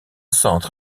centre